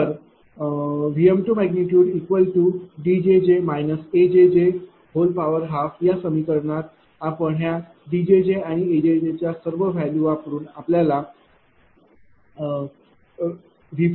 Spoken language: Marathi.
तर Vm2Djj A12 या समीकरणात ह्या सर्व व्हॅल्यू वापरून आपल्याला V40